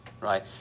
right